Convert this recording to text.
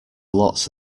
lots